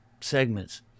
segments